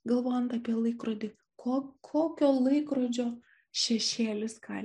galvojant apie laikrodį ko kokio laikrodžio šešėlis gali